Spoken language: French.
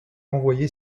envoyé